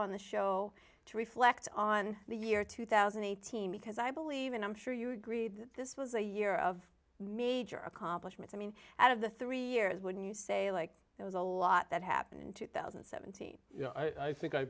on the show to reflect on the year two thousand and eighteen because i believe and i'm sure you agree that this was a year of major accomplishments i mean out of the three years when you say like there was a lot that happened in two thousand and seventy yeah i think i